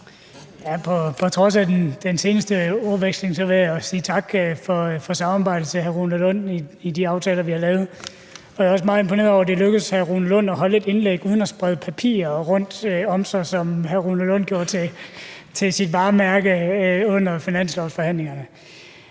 På trods af den sidste ordveksling vil jeg sige tak til hr. Rune Lund for samarbejdet i forbindelse med de aftaler, vi har lavet. Jeg er også meget imponeret over, at det er lykkedes hr. Rune Lund at holde et indlæg uden at sprede papirer rundtom sig, som hr. Rune Lund gjorde til sit varemærke under finanslovsforhandlingerne.